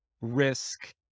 risk